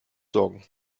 sorgen